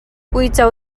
uico